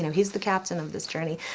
he is the captain of this journey.